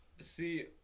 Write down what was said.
See